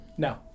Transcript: No